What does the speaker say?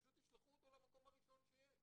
פשוט ישלחו אותו למקום הראשון שיש.